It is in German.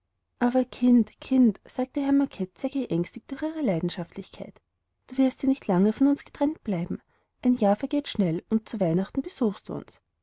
kind kind sagte herr macket sehr geängstigt durch ihre leidenschaftlichkeit du wirst ja nicht lange von uns getrennt bleiben ein jahr vergeht schnell und zu weihnachten besuchst du uns